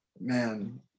Man